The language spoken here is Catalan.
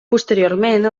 posteriorment